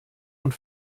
und